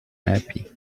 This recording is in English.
happy